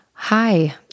hi